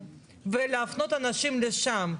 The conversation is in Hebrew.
ולהפנות אנשים לשם.